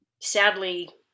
sadly